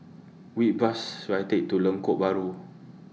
Which Bus should I Take to Lengkok Bahru